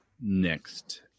next